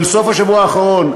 של סוף השבוע האחרון,